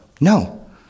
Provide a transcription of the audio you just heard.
No